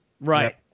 Right